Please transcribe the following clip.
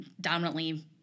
dominantly